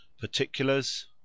Particulars